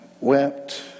wept